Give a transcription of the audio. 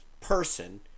person